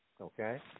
Okay